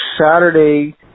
Saturday